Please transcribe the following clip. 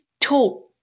talk